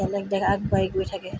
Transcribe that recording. বেলেগ দেশ আগবাঢ়ি গৈ থাকে